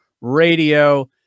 radio